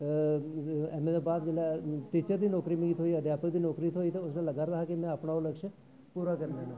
M A दे बाद जेल्लै टीचर दी नौकरी मिगी थ्होई अध्यापक दी नौकरी थ्होई ते उसलै लग्गा'रदा हा के मैं अपना ओह् लक्ष्य पूरा करी लैना